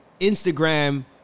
instagram